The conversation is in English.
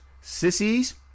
sissies